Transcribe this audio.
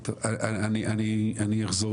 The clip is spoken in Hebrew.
אני אחזור